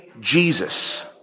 Jesus